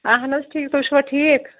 اَہَن حظ ٹھیٖک تُہۍ چھِوٕ ٹھیٖک